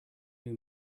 new